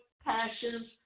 passions